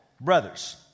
brothers